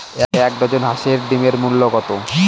এক ডজন হাঁসের ডিমের মূল্য কত?